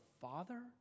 father